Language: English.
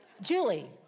Julie